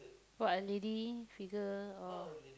got a lady figure or